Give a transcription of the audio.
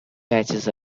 patches